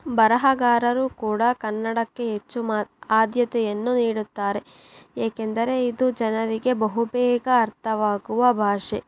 ಬರಹಗಾರರು ಕೂಡ ಕನ್ನಡಕ್ಕೆ ಹೆಚ್ಚು ಮಾ ಆದ್ಯತೆಯನ್ನು ನೀಡುತ್ತಾರೆ ಏಕೆಂದರೆ ಇದು ಜನರಿಗೆ ಬಹು ಬೇಗ ಅರ್ಥವಾಗುವ ಭಾಷೆ